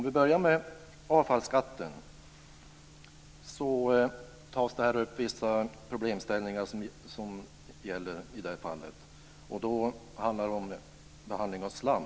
Jag börjar med avfallsskatten. I betänkandet berörs vissa problem i detta sammanhang, bl.a. vad gäller behandlingen av slam.